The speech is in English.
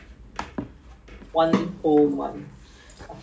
but hor because of COVID right they dragged two weeks later eh